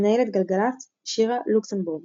מנהלת גלגלצ - שירה לוקסנבורג